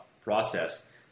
process